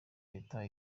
leta